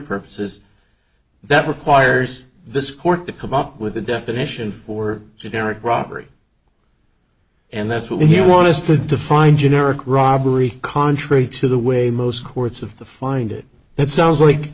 purposes that requires this court to come up with a definition for generic robbery and that's what he wants to define generic robbery contrary to the way most courts of the find it it sounds like